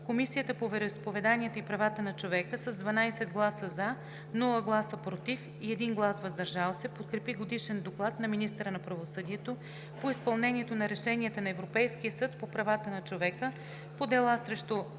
Комисията по вероизповеданията и правата на човека с 12 гласа „за”, без „против“ и 1 глас „въздържал се” подкрепи Годишен доклад на министъра на правосъдието по изпълнението на решенията на Европейския съд по правата на човека по дела срещу